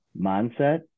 mindset